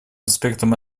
аспектом